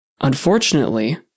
Unfortunately